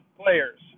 players